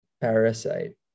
Parasite